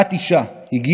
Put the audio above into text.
בצד